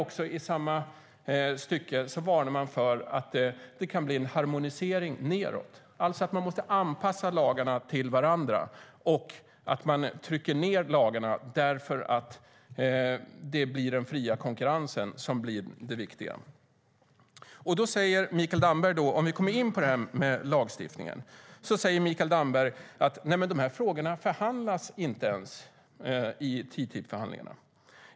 I samma stycke varnar de för att det kan bli en harmonisering nedåt, alltså att man måste anpassa lagarna till varandra och att man trycker ned lagarna, eftersom det blir den fria konkurrensen som blir det viktiga. När det gäller lagstiftningen säger Mikael Damberg att de här frågorna inte ens förhandlas i TTIP-förhandlingarna.